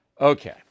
Okay